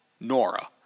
Nora